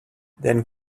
then